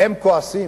הם כועסים,